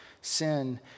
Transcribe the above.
sin